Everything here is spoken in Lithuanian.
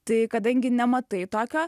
tai kadangi nematai tokio